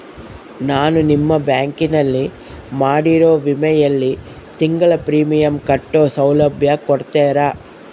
ನಾನು ನಿಮ್ಮ ಬ್ಯಾಂಕಿನಲ್ಲಿ ಮಾಡಿರೋ ವಿಮೆಯಲ್ಲಿ ತಿಂಗಳ ಪ್ರೇಮಿಯಂ ಕಟ್ಟೋ ಸೌಲಭ್ಯ ಕೊಡ್ತೇರಾ?